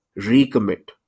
recommit